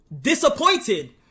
disappointed